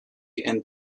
and